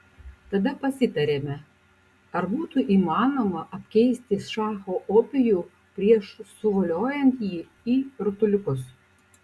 tada pasitarėme ar būtų įmanoma apkeisti šacho opijų prieš suvoliojant jį į rutuliukus